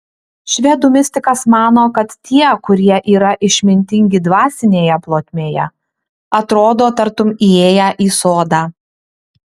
švedų mistikas mano kad tie kurie yra išmintingi dvasinėje plotmėje atrodo tartum įėję į sodą